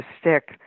stick